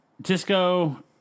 Disco